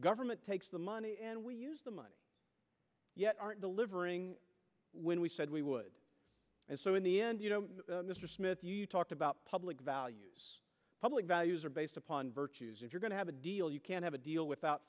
government takes the money and we use the money yet aren't delivering when we said we would and so in the end you know mr smith you talked public values public values are based upon virtues if you're going to have a deal you can't have a deal without